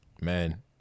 man